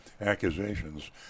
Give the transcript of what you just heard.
accusations